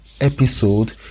episode